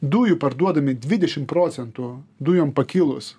dujų parduodami dvidešim procentų dujom pakilus